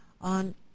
on